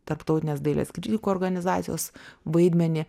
tarptautinės dailės kritikų organizacijos vaidmenį